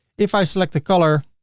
if i select the color